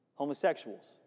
homosexuals